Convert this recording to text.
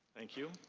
thank you.